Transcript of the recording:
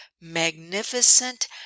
magnificent